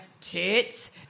tits